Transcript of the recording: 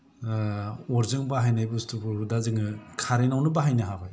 अरजों बाहायनाय बुस्तुफोरखौ दा जोङो कारेन्त आवनो बाहायनो हाबाय